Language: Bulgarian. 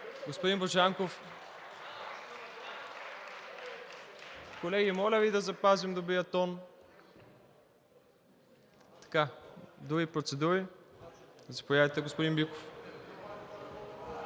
Господин Божанков! Колеги, моля Ви да запазим добрия тон. Други процедури? Заповядайте, господин Биков.